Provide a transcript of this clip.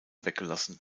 weggelassen